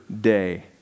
day